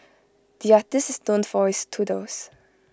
the artist is known for his doodles